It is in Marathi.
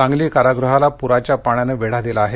सांगली कारागृहाला पुराच्या पाण्याने वेढा दिला आहे